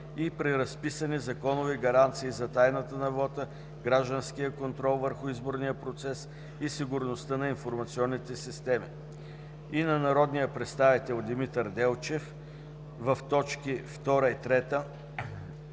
„и при разписани законови гаранции за тайната на вота, гражданския контрол върху изборния процес и сигурността на информационните системи, и на народния представител Димитър Делчев – в точки 2 и 3